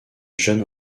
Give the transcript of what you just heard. jeune